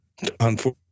Unfortunately